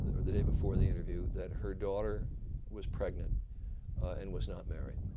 the day before the interview that her daughter was pregnant and was not married.